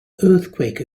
earthquake